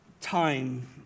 time